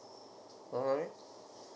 alright